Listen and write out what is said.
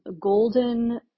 golden